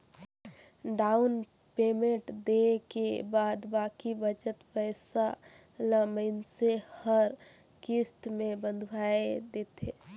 down payment देय के बाद बाकी बचत पइसा ल मइनसे हर किस्त में बंधवाए देथे